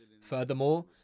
Furthermore